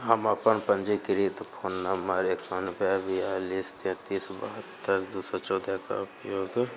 हम अपन पंजीकृत फोन नंबर एकानबे बियालिस तैंतीस बहत्तरि दू सए चौदह के उपयोग